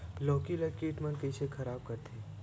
लौकी ला कीट मन कइसे खराब करथे?